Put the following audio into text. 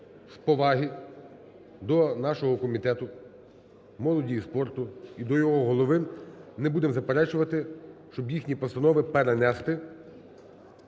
з поваги до нашого Комітету молоді і спорту і до його голови не будемо заперечувати, щоб їхні постанови перенести,